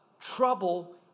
trouble